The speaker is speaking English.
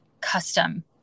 custom